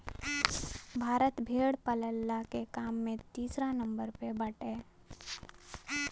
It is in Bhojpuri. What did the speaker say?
भारत भेड़ पालला के काम में तीसरा नंबर पे बाटे